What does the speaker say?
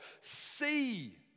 See